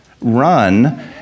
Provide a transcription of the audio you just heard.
run